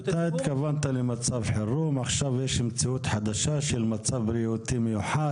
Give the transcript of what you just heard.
אתה התכוונת למצב חירום ועכשיו יש מציאות חדשה של מצב בריאותי מיוחד.